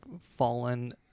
fallen